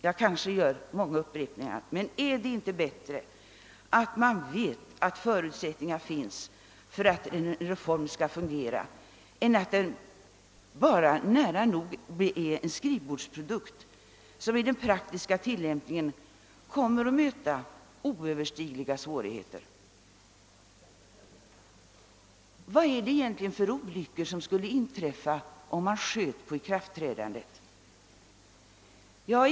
Jag gör kanske många upprepningar men vill ändå fråga, om det inte är bättre att veta att det verkligen finns förutsättningar för att en reform skall kunna fungera, så att det inte bara blir en skrivbordsprodukt som vid den praktiska tillämpningen kommer att möta oöverstigliga svårigheter. Vilka olyckor skulle egentligen inträffa om ikraftträdandet uppsköts? Efter vad jag kan finna skulle det inte hända några alls.